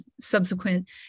subsequent